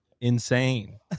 insane